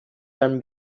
can